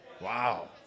Wow